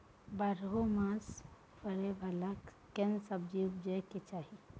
बारहो मास फरै बाला कैसन सब्जी उपजैब के चाही?